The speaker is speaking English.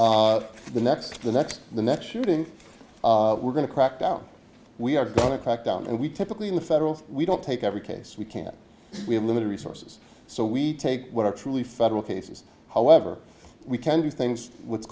stop the next the next the next shooting we're going to crack down we are going to crack down and we typically in the federal we don't take every case we can we have limited resources so we take what are truly federal cases however we can do things w